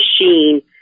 Machine